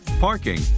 parking